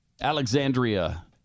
Alexandria